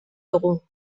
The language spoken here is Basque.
dugu